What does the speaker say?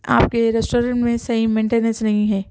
آپ کے ریسٹورینٹ میں صحیح مینٹیننس نہیں ہے